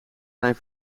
zijn